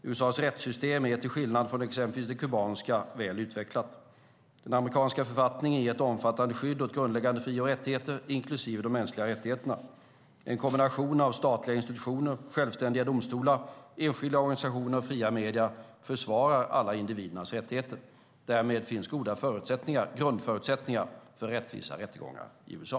USA:s rättssystem är, till skillnad från exempelvis det kubanska, väl utvecklat. Den amerikanska författningen ger ett omfattande skydd åt grundläggande fri och rättigheter, inklusive de mänskliga rättigheterna. En kombination av statliga institutioner, självständiga domstolar, enskilda organisationer och fria medier försvarar alla individers rättigheter. Därmed finns goda grundförutsättningar för rättvisa rättegångar i USA.